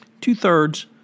two-thirds